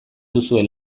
duzue